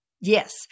Yes